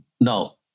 Now